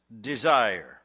desire